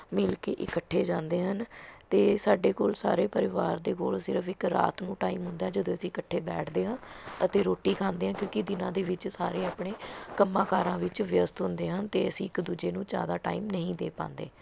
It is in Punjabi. ਮਿਲ ਕੇ ਇਕੱਠੇ ਜਾਂਦੇ ਹਨ ਅਤੇ ਸਾਡੇ ਕੋਲ਼ ਸਾਰੇ ਪਰਿਵਾਰ ਦੇ ਕੋਲ਼ ਸਿਰਫ ਇੱਕ ਰਾਤ ਨੂੰ ਟਾਈਮ ਹੁੰਦਾ ਜਦੋਂ ਅਸੀਂ ਇਕੱਠੇ ਬੈਠਦੇ ਹਾਂ ਅਤੇ ਰੋਟੀ ਖਾਂਦੇ ਹਾਂ ਕਿਉਂਕਿ ਦਿਨਾਂ ਦੇ ਵਿੱਚ ਸਾਰੇ ਆਪਣੇ ਕੰਮਾਂ ਕਾਰਾਂ ਵਿੱਚ ਵਿਅਸਤ ਹੁੰਦੇ ਹਨ ਅਤੇ ਅਸੀਂ ਇੱਕ ਦੂਜੇ ਨੂੰ ਜਿਆਦਾ ਟਾਈਮ ਨਹੀਂ ਦੇ ਪਾਂਦੇ